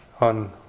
on